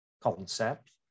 concept